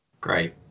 Great